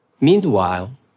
Meanwhile